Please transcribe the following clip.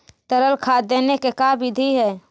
तरल खाद देने के का बिधि है?